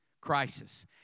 Crisis